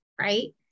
right